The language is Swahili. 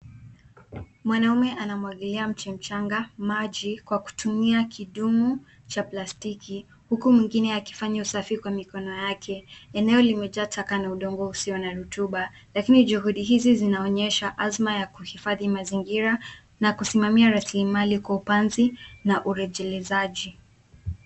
Mwanaume anamwagilia mche mchanga maji kwa kutumia kidumu cha plastiki huku mwingine akifanya usafi kwa mikono yake. Eneo limejaa taka na udongo usio na rutuba, lakini juhudi hizi zinaonyesha azma ya kuhifadhi mazingira na kusimamia rasilimali kwa upanzi na urejelezaji.